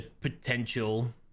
potential